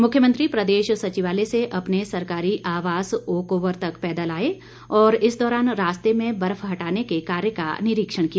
मुख्यमंत्री प्रदेश सचिवालय से अपने सरकारी आवास ओक ओवर तक पैदल आए और इस दौरान रास्ते में बर्फ हटाने के कार्य का निरीक्षण किया